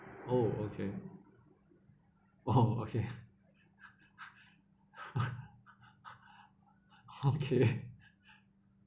oh okay oh okay okay